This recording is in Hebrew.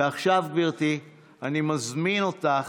ועכשיו אני מזמין אותך,